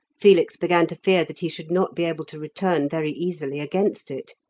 felix began to fear that he should not be able to return very easily against it.